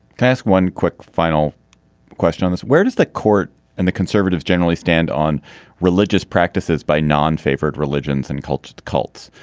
fast, one quick final question on this, where does the court and the conservatives generally stand on religious practices by non favorite religions and cultures, cults?